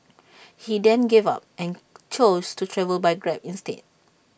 he then gave up and chose to travel by grab instead